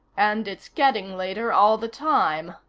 and it's getting later all the time,